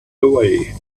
away